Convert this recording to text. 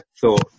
thought